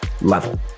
level